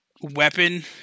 weapon